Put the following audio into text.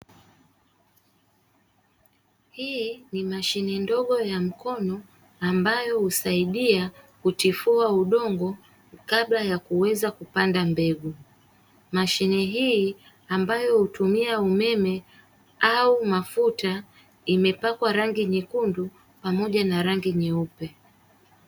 Hii ni mashine ndogo ya mkono ambayo husaidia kutifua udongo kabla ya kuweza kupanda mbegu. Mashine hii ambayo hutumia umeme au mafuta imepakwa rangi nyekundu pamoja na rangi nyeupe.